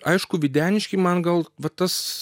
aišku videniškiai man gal va tas